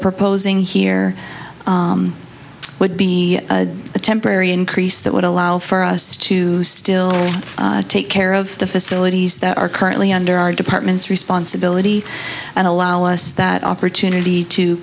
proposing here would be a temporary increase that would allow for us to still take care of the facilities that are currently under our department's responsibility and allow us that opportunity to